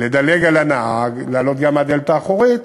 לדלג על הנהג, לעלות גם מהדלת האחורית.